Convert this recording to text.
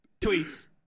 tweets